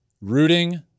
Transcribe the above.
rooting